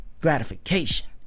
gratification